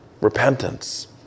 Repentance